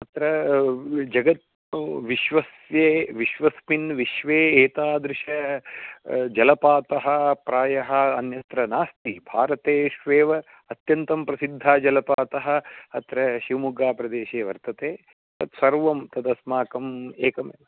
अत्र जगत् विश्वस्ये विश्वस्मिन् विश्वे एतादृशः जलपातः प्रायः अन्यत्र नास्ति भारतेष्वेव अत्यन्तं प्रसिद्धजलपातः अत्र शिवमोग्गाप्रदेशे वर्तते तत् सर्वं तदस्माकम् एकमेव